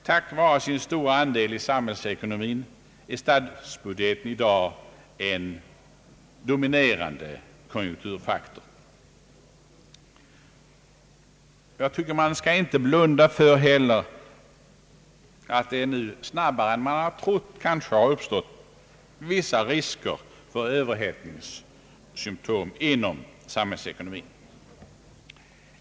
Tack vare sin stora andel i samhällsekonomin är statsbudgeten i dag en dominerande konjunkturfaktor. Jag tycker att man inte heller skall blunda för att det kanske snabbare än man har trott kan aktualiseras vissa överhettningssymtom inom samhällsekonomin.